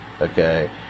okay